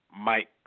Mike